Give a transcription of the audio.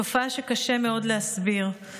תופעה שקשה מאוד להסביר.